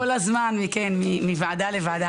אנחנו עוברים כל הזמן מוועדה לוועדה,